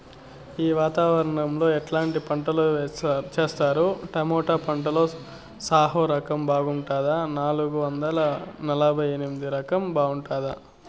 ఈ వాతావరణం లో ఎట్లాంటి పంటలు చేస్తారు? టొమాటో పంటలో సాహో రకం బాగుంటుందా నాలుగు వందల నలభై ఎనిమిది రకం బాగుంటుందా?